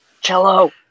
Cello